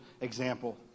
example